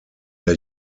der